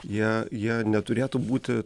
jie jie neturėtų būti